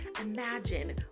Imagine